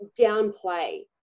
downplay